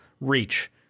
reach